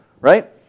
right